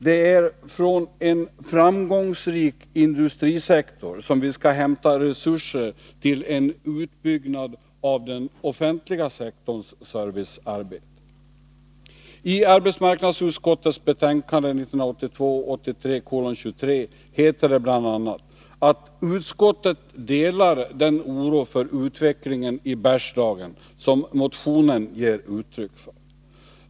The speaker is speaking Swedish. Det är från en framgångsrik industrisektor som vi skall hämta resurser till en utbyggnad av den offentliga sektorns servicearbete. I arbetsmarknadsutskottets betänkande 1982/83:23 heter det bl.a. att utskottet delar den oro för utvecklingen i Bergslagen som motionen ger uttryck för.